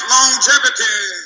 Longevity